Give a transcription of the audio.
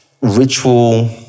Ritual